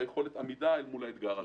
ביכולת העמידה אל מול האתגר הזה.